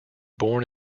born